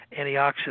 antioxidant